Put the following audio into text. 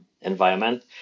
environment